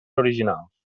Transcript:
originals